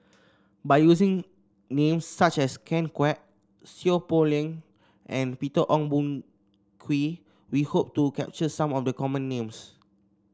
by using names such as Ken Kwek Seow Poh Leng and Peter Ong Boon Kwee we hope to capture some of the common names